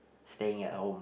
staying at home